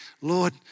Lord